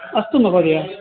अस्तु महोदय